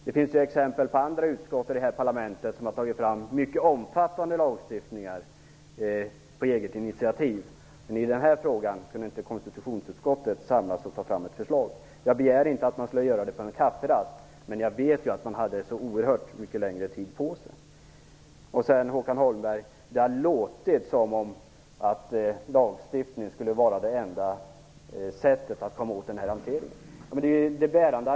Det finns exempel på andra utskott i detta parlament som tagit fram mycket omfattande lagstiftningar på eget initiativ. Men i den här frågan kunde inte konstitutionsutskottet samla sig och ta fram ett förslag. Jag begärde inte att man skulle göra det på en kafferast. Jag vet att man hade så oerhört mycket längre tid på sig. Sedan säger Håkan Holmberg att det låtit som om lagstiftning varit det enda sättet att komma åt den här hanteringen.